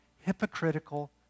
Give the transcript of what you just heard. hypocritical